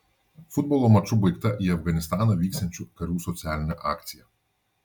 futbolo maču baigta į afganistaną vyksiančių karių socialinė akcija